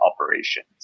operations